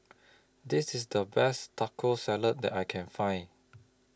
This IS The Best Taco Salad that I Can Find